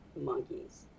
monkeys